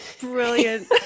Brilliant